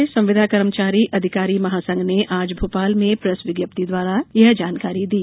मध्यप्रदेश संविदा कर्मचारी अधिकारी महासंघ ने आज भोपाल में प्रेस विज्ञप्ति जारी कर यह जानकारी दी